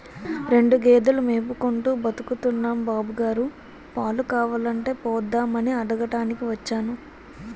రెండు గేదెలు మేపుకుంటూ బతుకుతున్నాం బాబుగారు, పాలు కావాలంటే పోద్దామని అడగటానికి వచ్చాను